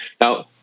Now